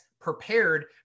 prepared